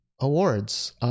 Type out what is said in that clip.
awards